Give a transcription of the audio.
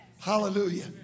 Hallelujah